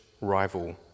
rival